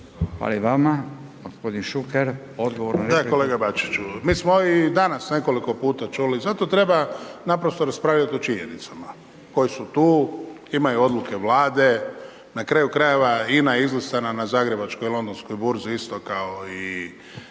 Hvala i vama. Gospodin Šuker, odgovor na repliku.